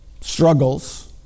struggles